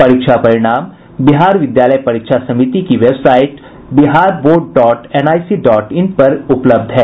परीक्षा परिणाम बिहार विद्यालय परीक्षा समिति की website Bihar board dot A C dot in पर उपलब्ध है